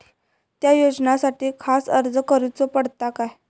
त्या योजनासाठी खास अर्ज करूचो पडता काय?